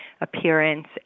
appearance